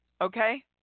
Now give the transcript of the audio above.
Okay